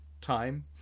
time